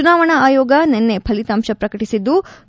ಚುನಾವಣಾ ಆಯೋಗ ನಿನ್ನೆ ಫಲಿತಾಂಶ ಪ್ರಕಟಿಸಿದ್ಲು